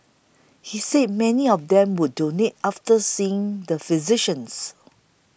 he said many of them would donate after seeing the physicians